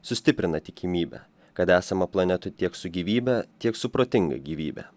sustiprina tikimybę kad esama planetų tiek su gyvybe tiek su protinga gyvybe